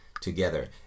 together